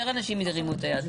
ראיתי שיותר אנשים הרימו את היד.